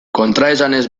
kontraesanez